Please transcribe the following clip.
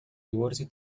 divorcio